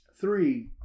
Three